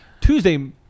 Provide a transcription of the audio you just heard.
Tuesday –